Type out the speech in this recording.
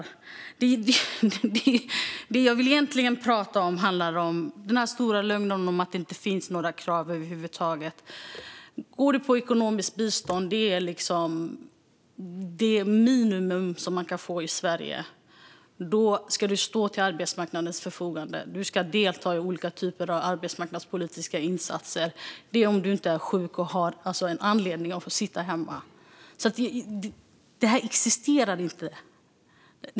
Det jag vill tala om är den stora lögnen om att det inte finns några krav över huvud taget. Har du ekonomiskt bistånd handlar det om det minimum du kan få i Sverige. Då ska du stå till arbetsmarknadens förfogande och delta i olika typer av arbetsmarknadspolitiska insatser. Det gäller om du inte är sjuk eller har en anledning att få sitta hemma.